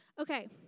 okay